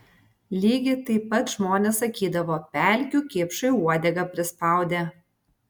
lygiai taip pat žmonės sakydavo pelkių kipšui uodegą prispaudė